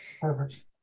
Perfect